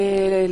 האם,